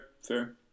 Fair